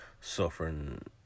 suffering